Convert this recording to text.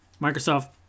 microsoft